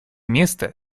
место